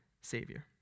Savior